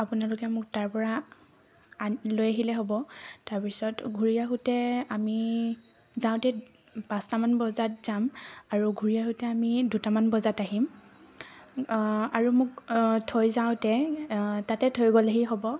আপোনালোকে মোক তাৰ পৰা লৈ আহিলে হ'ব তাৰপিছত ঘুৰি আহোতে আমি যাওঁতে পাঁচটামান বজাত যাম আৰু ঘুৰি আহোঁতে আমি দুটামান বজাত আহিম আৰু মোক থৈ যাওঁতে তাতে থৈ গ'লেহি হ'ব